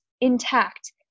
intact